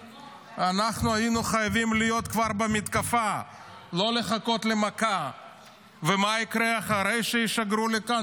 איך יכול להיות ששבוע שלם אנחנו רק ממתינים שירביצו לנו ושישגרו לכאן